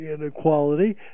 inequality